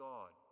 God